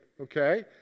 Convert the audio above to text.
okay